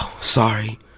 sorry